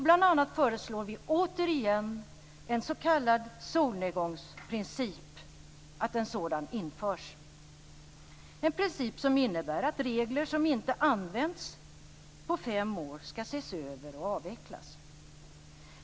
Bl.a. föreslår vi återigen att en s.k. solnedgångsprincip införs, en princip som innebär att regler som inte använts på fem år skall ses över och avvecklas.